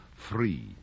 free